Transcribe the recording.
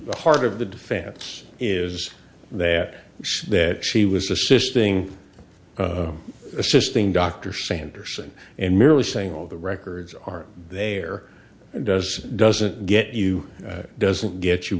the heart of the defense is that that she was assisting assisting dr sanderson and merely saying all the records are there does doesn't get you doesn't get you